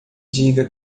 diga